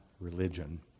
religion